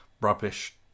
rubbish